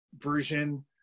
version